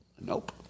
Nope